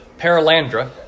Paralandra